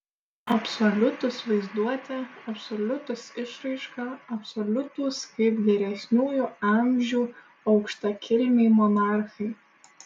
absoliutūs vaizduote absoliutūs išraiška absoliutūs kaip geresniųjų amžių aukštakilmiai monarchai